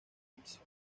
edificio